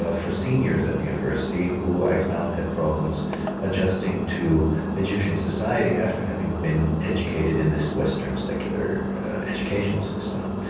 ah for seniors at the university who i found had problems adjusting to egyptian society after having been educated in this western secular educational system.